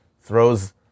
throws